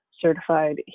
certified